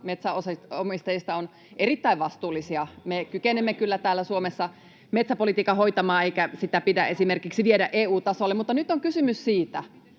metsänomistajista on erittäin vastuullisia. Me kykenemme kyllä täällä Suomessa metsäpolitiikan hoitamaan, eikä sitä pidä esimerkiksi viedä EU-tasolle. Mutta nyt on kysymys siitä,